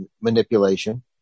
manipulation